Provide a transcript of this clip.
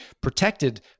protected